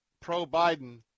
pro-Biden